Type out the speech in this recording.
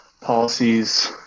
policies